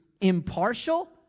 impartial